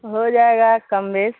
ہو جائے گا کم بیس